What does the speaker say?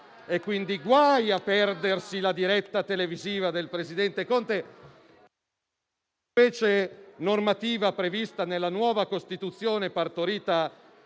quindi, a perdersi la diretta televisiva del presidente Conte,